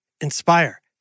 Inspire